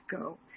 go